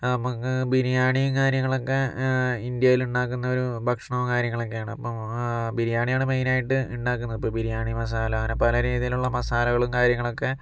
നമുക്ക് ബിരിയാണിയും കാര്യങ്ങളൊക്കെ ഇന്ത്യയിലുണ്ടാക്കുന്ന ഒരു ഭക്ഷണവും കാര്യങ്ങളൊക്കെ ആണ് അപ്പോൾ ബിരിയാണിയാണ് മെയ്നായിട്ട് ഉണ്ടാക്കുന്നത് അപ്പോൾ ബിരിയാണി മസാല അങ്ങനെ പല രീതിയിലുള്ള മസാലകളും കാര്യങ്ങളൊക്കെ